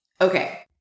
Okay